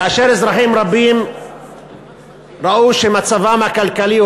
כאשר אזרחים רבים ראו שמצבם הכלכלי,